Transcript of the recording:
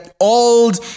Old